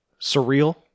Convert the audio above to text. Surreal